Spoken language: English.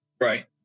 Right